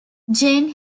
jane